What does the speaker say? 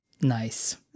nice